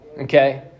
okay